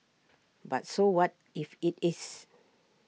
but so what if IT is